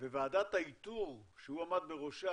וועדת האיתור שהוא עמד בראשה,